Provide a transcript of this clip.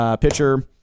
pitcher